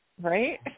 Right